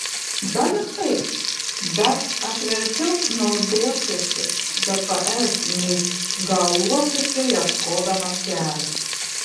gal ir taip bet aš verčiau naudosiuosi gps nei galuosiuosi ieškodamas kelio